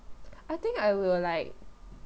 I think I will like